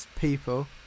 people